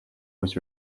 was